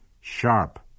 sharp